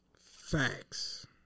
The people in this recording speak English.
Facts